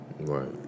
Right